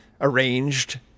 arranged